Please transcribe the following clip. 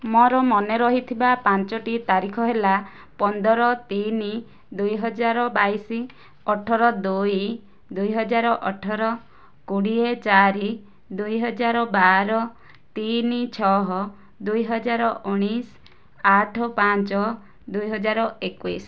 ମୋ'ର ମନେ ରହିଥିବା ପାଞ୍ଚଟି ତାରିଖ ହେଲା ପନ୍ଦର ତିନି ଦୁଇହଜାର ବାଇଶ ଅଠର ଦୁଇ ଦୁଇହଜାର ଅଠର କୋଡ଼ିଏ ଚାରି ଦୁଇହଜାର ବାର ତିନି ଛଅ ଦୁଇହଜାର ଉଣାଇଶ ଆଠ ପାଞ୍ଚ ଦୁଇହଜାର ଏକୋଇଶ